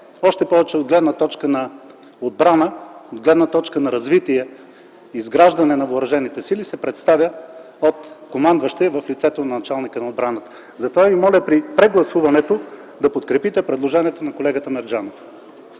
още повече от гледна точка на отбрана, от гледна точка на развитие, изграждане на въоръжените сили, се представят от командващия в лицето на началника на отбраната. Затова ви моля при прегласуването да подкрепите предложението на колегата Мерджанов.